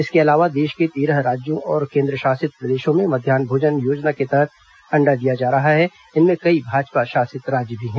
इसके अलावा देश के तेरह राज्यों और केन्द्रशासित प्रदेशों में मध्यान्ह भोजन योजना के तहत अण्डा दिया जा रहा है इनमें कई भाजपा शासित राज्य भी हैं